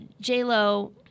J-Lo